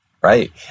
Right